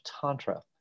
Tantra